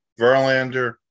Verlander